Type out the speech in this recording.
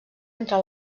entre